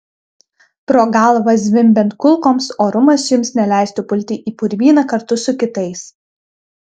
pro galvą zvimbiant kulkoms orumas jums neleistų pulti į purvyną kartu su kitais